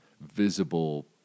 visible